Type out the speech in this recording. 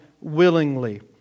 willingly